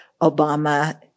Obama